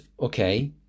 okay